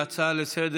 חבר הכנסת